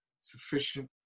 sufficient